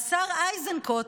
השר איזנקוט,